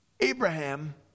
Abraham